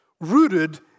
rooted